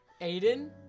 Aiden